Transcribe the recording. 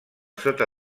sota